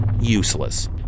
useless